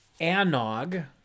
anog